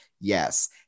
yes